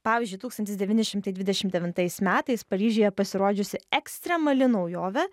pavyzdžiui tūkstantis devyni šimtai dvidešimt devintais metais paryžiuje pasirodžiusi ekstremali naujovė